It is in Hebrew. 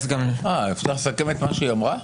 אפשר לסכם את מה שהיא אמרה?